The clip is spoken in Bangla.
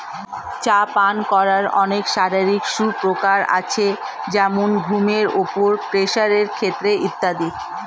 চা পান করার অনেক শারীরিক সুপ্রকার আছে যেমন ঘুমের উপর, প্রেসারের ক্ষেত্রে ইত্যাদি